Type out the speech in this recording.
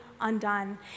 undone